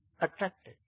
attracted